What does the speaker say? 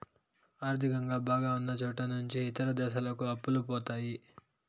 ఆర్థికంగా బాగా ఉన్నచోట నుంచి ఇతర దేశాలకు అప్పులు పోతాయి